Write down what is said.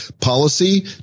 policy